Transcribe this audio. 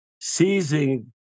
seizing